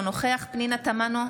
אינו נוכח פנינה תמנו,